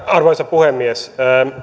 arvoisa puhemies